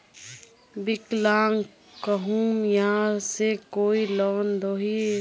विकलांग कहुम यहाँ से कोई लोन दोहिस?